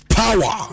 power